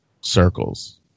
circles